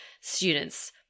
students